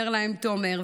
אומר להם תומר,